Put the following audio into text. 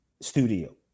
studio